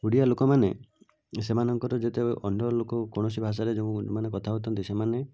ଓଡ଼ିଆ ଲୋକମାନେ ସେମାନଙ୍କର ଯେତେ ଅନ୍ୟ ଲୋକ କୌଣସି ଭାଷାରେ ଯେଉଁମାନେ କଥା ହେଉଛନ୍ତି ସେମାନେ